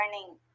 learning